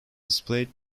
displayed